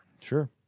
sure